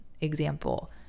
example